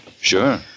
Sure